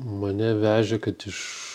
mane vežė kad iš